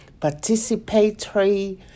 participatory